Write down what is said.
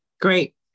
Great